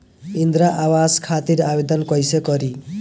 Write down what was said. इंद्रा आवास खातिर आवेदन कइसे करि?